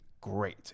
great